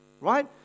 right